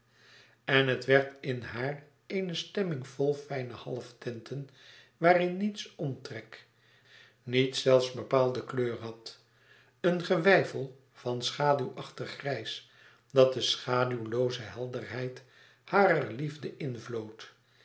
en het werd in haar eene stemming vol fijne halftinten waarin niets omtrek niets zelfs bepaalde kleur had een geweifel van schaduwachtig grijs dat de schaduwlooze helderheid harer liefde